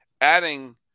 Adding